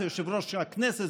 זה יושב-ראש הכנסת,